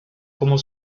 como